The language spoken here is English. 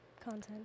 content